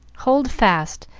hold fast,